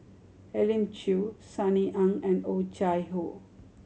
Elim Chew Sunny Ang and Oh Chai Hoo